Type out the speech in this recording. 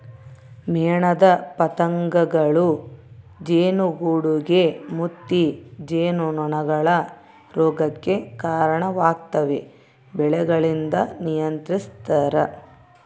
ಮೇಣದ ಪತಂಗಗಳೂ ಜೇನುಗೂಡುಗೆ ಮುತ್ತಿ ಜೇನುನೊಣಗಳ ರೋಗಕ್ಕೆ ಕರಣವಾಗ್ತವೆ ಬೆಳೆಗಳಿಂದ ನಿಯಂತ್ರಿಸ್ತರ